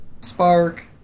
Spark